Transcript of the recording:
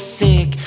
sick